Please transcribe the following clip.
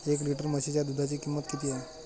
एक लिटर म्हशीच्या दुधाची किंमत किती आहे?